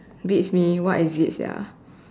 beats me what is it sia